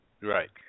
right